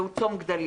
זה הוא צום גדליה,